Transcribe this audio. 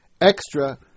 extra